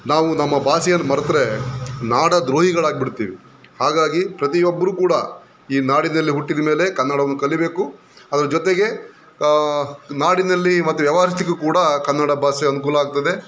ನಾವು ನಮ್ಮ ಭಾಷೆಯನ್ನು ಮರೆತರೆ ನಾಡ ದ್ರೋಹಿಗಳಾಗಿಬಿಡ್ತೀವಿ ಹಾಗಾಗಿ ಪ್ರತಿಯೊಬ್ಬರು ಕೂಡ ಈ ನಾಡಿನಲ್ಲಿ ಹುಟ್ಟಿದಮೇಲೆ ಕನ್ನಡವನ್ನು ಕಲಿಬೇಕು ಅದ್ರ ಜೊತೆಗೆ ನಾಡಿನಲ್ಲಿ ಮತ್ತೆ ವ್ಯವಹರಿಸಲಿಕ್ಕೂ ಕೂಡ ಕನ್ನಡ ಭಾಷೆ ಅನುಕೂಲ ಆಗ್ತದೆ